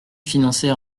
financer